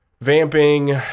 Vamping